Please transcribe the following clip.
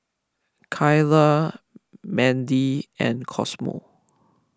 Keyla Mandi and Cosmo